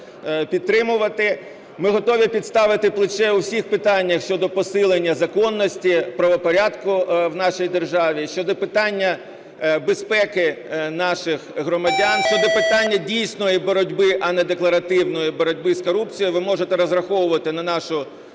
Ми готові підставити плече у всіх питаннях щодо посилення законності, правопорядку в нашій державі: щодо питання безпеки наших громадян, щодо питання дійсної боротьби, а не декларативної боротьби, з корупцією ви можете розраховувати на нашу політичну